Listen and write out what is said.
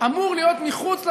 אמור להיות מחוץ לתהליכים.